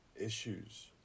issues